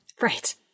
Right